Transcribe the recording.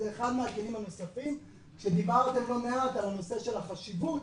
אחד מהכלים הנוספים שדיברתם לא מעט על הנושא של החשיבות